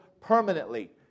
permanently